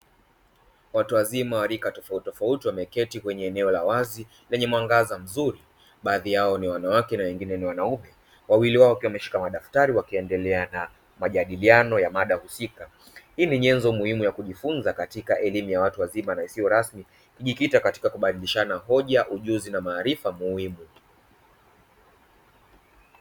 Watu wazima wa rika tofauti tofauti wameketi kwenye eneo la wazi lenye mwangaza mzuri, baadhi yao ni wanawake na wengine ni wanaume. Wawili wao wameshika madaftari wakiendelea na majadiliano ya mada husika. Hii ni nyenzo muhimu ya kujifunza katika elimu ya watu wazima na isiyo rasmi, ikijikita katika kubadilishana hoja, ujuzi, na maarifa muhimu.